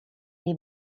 dei